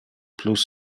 plus